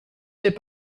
n’est